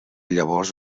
llavors